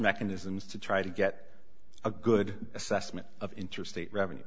mechanisms to try to get a good assessment of interstate revenue